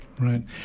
Right